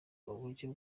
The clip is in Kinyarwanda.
uburyo